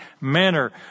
manner